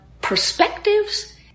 perspectives